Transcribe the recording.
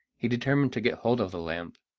he determined to get hold of the lamp,